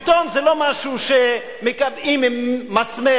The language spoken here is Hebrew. יואל, שלטון זה לא משהו שמקבעים עם מסמר.